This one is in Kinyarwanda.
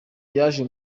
yaje